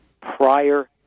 prior